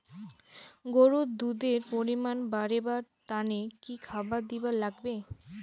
গরুর দুধ এর পরিমাণ বারেবার তানে কি খাবার দিবার লাগবে?